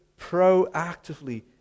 proactively